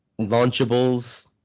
launchables